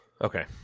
Okay